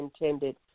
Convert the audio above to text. intended